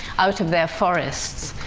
out of their forests.